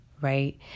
Right